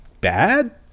bad